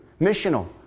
Missional